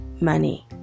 money